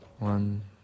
One